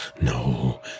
No